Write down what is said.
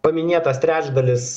paminėtas trečdalis